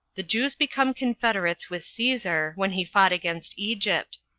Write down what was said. the jews become confederates with caesar when he fought against egypt.